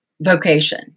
vocation